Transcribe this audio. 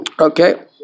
Okay